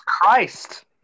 Christ